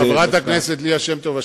חברת הכנסת ליה שמטוב,